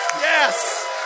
Yes